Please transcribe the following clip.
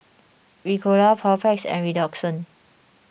Ricola Papulex and Redoxon